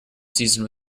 seasoned